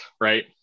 right